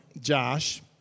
Josh